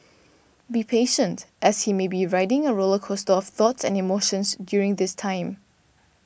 be patient as he may be riding a roller coaster of thoughts and emotions during this time